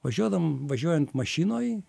važiuodam važiuojant mašinoj